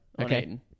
Okay